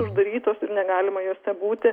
uždarytos ir negalima jose būti